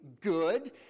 good